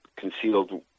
concealed